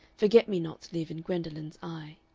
forget-me-nots live in gwendolen's eye.